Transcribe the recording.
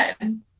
good